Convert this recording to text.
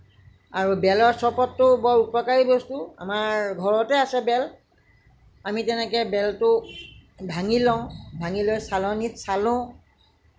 আৰু বেলৰ চৰবতটো বৰ উপকাৰী বস্তু আমাৰ ঘৰতে আছে বেল আমি তেনেকৈ বেলটো ভাঙি লওঁ ভাঙি লৈ চালনীত চালোঁ